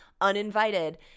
uninvited